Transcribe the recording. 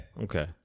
Okay